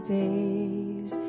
days